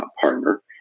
partner